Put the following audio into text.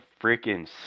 freaking